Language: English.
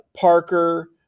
Parker